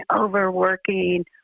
over-working